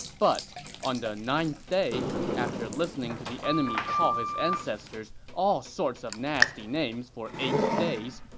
but on the ninth day, after listening to the enemy call his ancestors all sorts of nasty names for eight days,